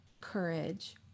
courage